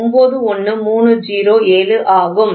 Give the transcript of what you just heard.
91307 ஆகும்